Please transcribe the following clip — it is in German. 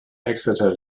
exeter